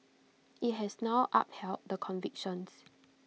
IT has now upheld the convictions